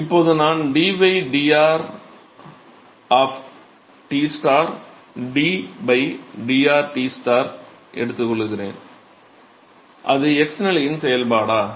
இப்போது நான் d dr T d dr T ஐ எடுத்துக்கொள்கிறேன் அது x நிலையின் செயல்பாடா